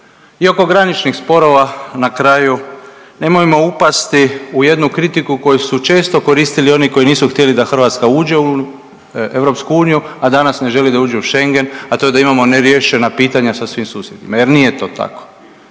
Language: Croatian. I oko graničnih sporova na kraju nemojmo upasti u jednu kritiku koju su često koristili oni koji nisu htjeli da Hrvatska uđe u EU, a danas ne žele da uđe u Schengen, a to je da imamo neriješena pitanja sa svim susjedima jer nije to tako.